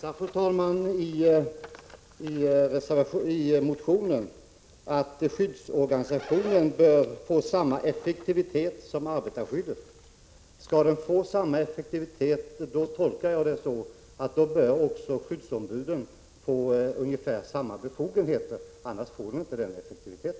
Fru talman! Det står att läsa i motionen att skyddsorganisationen bör få samma effektivitet som arbetarskyddet. Jag tolkar detta så, att också skyddsombudet då bör få ungefär samma befogenheter. Annars får man inte samma effektivitet.